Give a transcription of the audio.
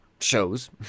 Shows